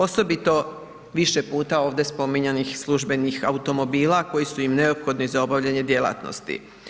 Osobito više puta ovdje spominjanih službenih automobila koji su im nedovoljni za obavljanje djelatnosti.